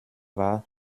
war